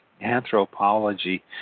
Anthropology